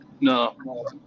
no